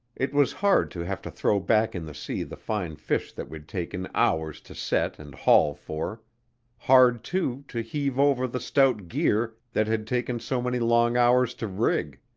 it was hard to have to throw back in the sea the fine fish that we'd taken hours to set and haul for hard, too, to heave over the stout gear that had taken so many long hours to rig.